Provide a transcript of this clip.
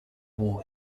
war